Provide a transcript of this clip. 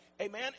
amen